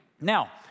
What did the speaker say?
Now